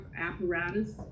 apparatus